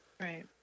Right